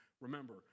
remember